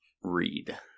read